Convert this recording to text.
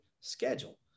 schedule